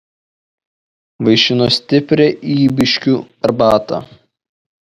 vaišino stipria ybiškių arbata